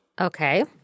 Okay